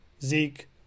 Zeke